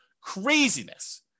Craziness